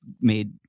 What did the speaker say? made